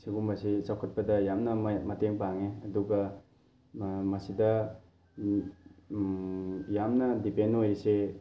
ꯁꯤꯒꯨꯝꯕꯁꯦ ꯆꯥꯎꯈꯠꯄꯗ ꯌꯥꯝꯅ ꯃꯇꯦꯡ ꯄꯥꯡꯉꯦ ꯑꯗꯨꯒ ꯃꯁꯤꯗ ꯌꯥꯝꯅ ꯗꯤꯄꯦꯟ ꯑꯣꯏꯔꯤꯁꯦ